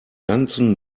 ganzen